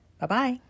Bye-bye